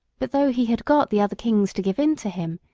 but though he had got the other kings to give in to him,